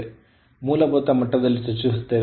ನಾವು ಮೂಲಭೂತ ಮಟ್ಟದಲ್ಲಿ ಚರ್ಚಿಸುತ್ತೇವೆ